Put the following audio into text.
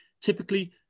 Typically